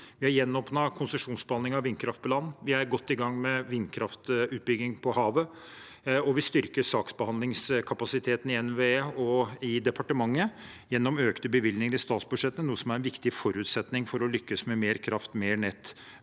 Vi har gjenåpnet konsesjonsbehandling av vindkraft på land, vi er godt i gang med vindkraftutbygging på havet, og vi styrker saksbehandlingskapasiteten i NVE og i departementet gjennom økte bevilgninger i statsbudsjettet, noe som er en viktig forutsetning for å lykkes med mer kraft, mer nett